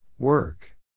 Work